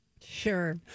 Sure